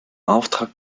auftrag